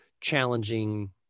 challenging